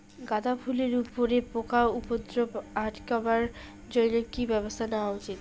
গাঁদা ফুলের উপরে পোকার উপদ্রব আটকেবার জইন্যে কি ব্যবস্থা নেওয়া উচিৎ?